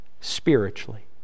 spiritually